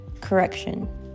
correction